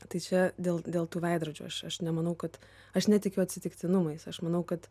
tai čia dėl dėl tų veidrodžių aš aš nemanau kad aš netikiu atsitiktinumais aš manau kad